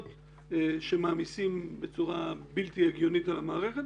שמעמיסים בצורה בלתי הגיונית על המערכת,